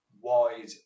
wide